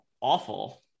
awful